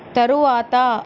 తరువాత